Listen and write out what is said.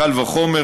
קל וחומר,